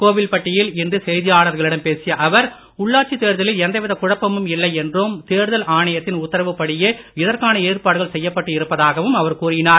கோவில்பட்டியில் இன்று செய்தியாளர்களிடம் பேசிய அவர் உள்ளாட்சித் தேர்தலில் எந்தவித குழப்பமும் இல்லை என்றும் தேர்தல் ஆணையத்தின் உத்தாவுப் படியே இதற்கான ஏற்பாடுகள் செய்யப்பட்டு இருப்பதாகவும் அவர் கூறினார்